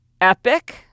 epic